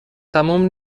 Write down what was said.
تموم